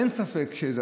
אין ספק.